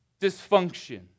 dysfunction